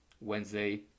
Wednesday